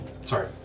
Sorry